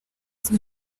chris